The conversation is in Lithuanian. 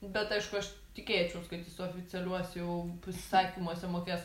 bet aišku aš tikėčiaus kad jis oficialiuos jau pasisakymuose mokės